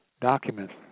documents